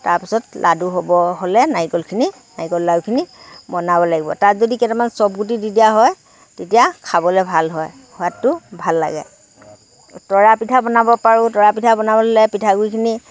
তাৰপিছত লাডু হ'ব হ'লে নাৰিকহলখিনি বনাব লাগিব তাত যদি কেইটামান চফ গুটি দি দিয়া হয় তেতিয়া খাবলৈ ভাল হয় সোৱাদটো ভাল লাগে তৰা পিঠা বনাব পাৰোঁ তৰা পিঠা বনাবলৈ হ'লে পিঠা গুৰিখিনি